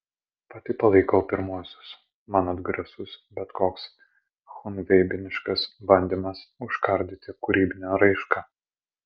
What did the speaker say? pati palaikau pirmuosius man atgrasus bet koks chunveibiniškas bandymas užkardyti kūrybinę raišką